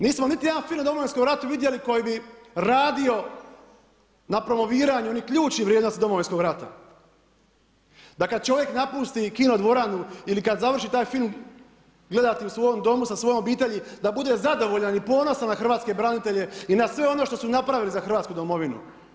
Nismo niti jedan film o Domovinskom ratu vidjeli koji bi radio na promoviranju onih ključnih vrijednosti Domovinskog rata da kada čovjek napusti kino dvoranu ili kada završi taj film gledati u svom domu sa svojom obitelji da bude zadovoljan i ponosan na hrvatske branitelje i na sve ono što su napravili ha Hrvatsku domovinu.